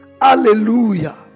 Hallelujah